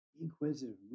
inquisitive